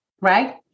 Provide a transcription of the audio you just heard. right